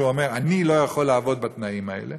אומר: אני לא יכול לעבוד בתנאים האלה.